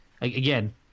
again